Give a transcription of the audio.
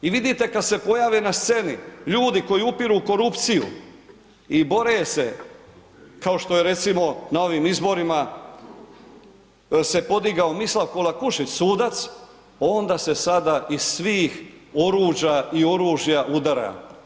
I vidite kad se pojave na sceni ljudi koju upiru u korupciju i bore se, kao što je recimo na ovim izborima se podigao Mislav Kolakušić sudac, onda se sada iz svih oruđa i oružja udara.